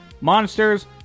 Monsters